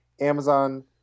Amazon